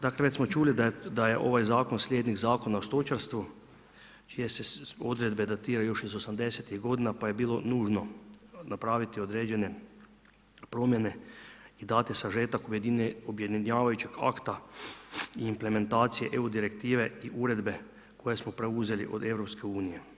Dakle, već smo čuli da je ovaj Zakon sljednik Zakona o stočarstvu čije se odredbe datiraju još iz 80-ih godina, pa je bilo nužno napraviti određene promjene i dati sažetak objedinjavajućeg akta i implementacije EU direktive i Uredbe koje smo preuzeli od EU.